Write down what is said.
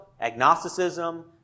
agnosticism